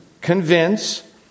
convince